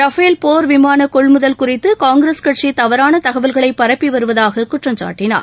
Rafale போர்விமான கொள்முதல் குறித்து காங்கிரஸ் கட்சி தவறான தகவல்களை பரப்பி வருவதாக குற்றம் சாட்டினார்